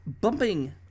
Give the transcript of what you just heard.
bumping